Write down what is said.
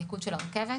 המיקוד של הרכבת.